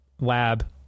Lab